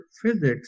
physics